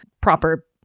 proper